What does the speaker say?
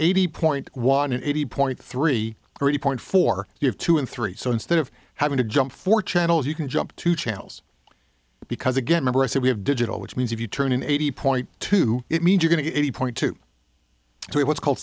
eighty point one and eighty point three three point four you have two and three so instead of having to jump four channels you can jump two channels because again member i said we have digital which means if you turn an eighty point two it means are going to eight point two so what's called